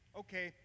okay